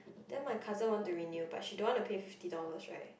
then my cousin want to renew but she don't want to pay fifty dollars right